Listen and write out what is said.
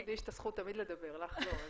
לי את זכות תמיד לדבר, לך לא.